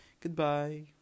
Goodbye